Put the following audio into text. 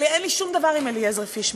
אין לי שום דבר עם אליעזר פישמן.